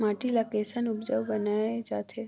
माटी ला कैसन उपजाऊ बनाय जाथे?